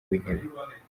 w’intebe